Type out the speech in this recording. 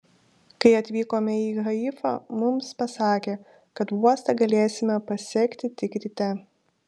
kai atvykome į haifą mums pasakė kad uostą galėsime pasekti tik ryte